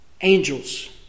Angels